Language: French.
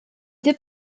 deux